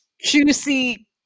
juicy